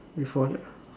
before that